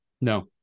no